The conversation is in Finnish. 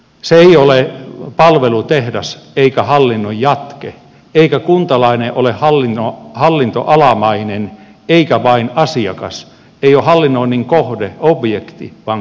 se ei ole palvelutehdas eikä hallinnon jatke eikä kuntalainen ole hallintoalamainen eikä vain asiakas ei ole hallinnoinnin kohde objekti vaan kuntalainen on subjekti